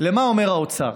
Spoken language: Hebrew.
למה שאומר האוצר.